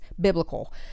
biblical